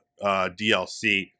dlc